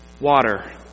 water